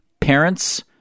parents